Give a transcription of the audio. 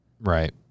Right